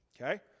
Okay